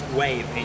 wave